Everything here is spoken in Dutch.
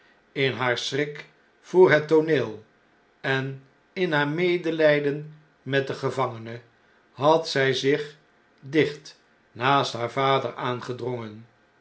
in haar schrik voor het tooneel en in haar medelijden met den gevangene had zg zich dicht naast haar vader aangedrongen